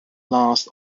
last